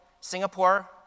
Singapore